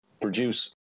produce